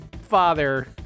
Father